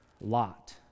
Lot